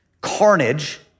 carnage